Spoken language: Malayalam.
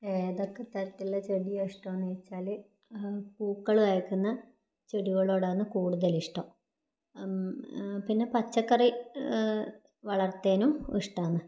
ഏതൊക്കെ തരത്തിൽ ചെടിയെ ഇഷ്ടമെന്ന് ചോദിച്ചാൽ ആ പൂക്കൾ കായ്ക്കുന്ന ചെടികളോടാന്ന് കൂടുതൽ ഇഷ്ടം പിന്നെ പച്ചക്കറി വളർത്താനും ഇഷ്ടാന്ന്